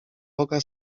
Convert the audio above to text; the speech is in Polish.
oka